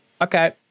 okay